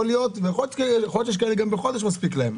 יכול להיות שיש אנשים שחודש מספיק להם.